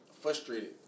frustrated